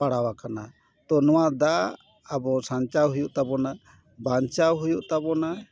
ᱯᱟᱲᱟᱣ ᱟᱠᱟᱱᱟ ᱛᱚ ᱱᱚᱣᱟ ᱫᱟᱜ ᱟᱵᱚ ᱥᱟᱧᱪᱟᱣ ᱦᱩᱭᱩᱜ ᱛᱟᱵᱚᱱᱟ ᱵᱟᱧᱪᱟᱣ ᱦᱩᱭᱩᱜ ᱛᱟᱵᱚᱱᱟ